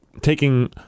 taking